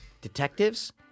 Detectives